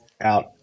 out